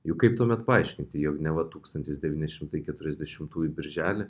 juk kaip tuomet paaiškinti jog neva tūkstantis devyni šimtai keturiasdešimtųjų birželį